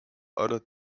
other